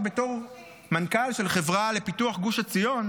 בתור מנכ"ל של חברה לפיתוח גוש עציון,